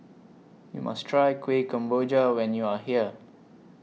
YOU must Try Kueh Kemboja when YOU Are here